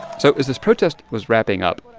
so as this protest was wrapping up,